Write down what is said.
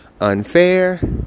unfair